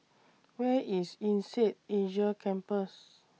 Where IS Insead Asia Campus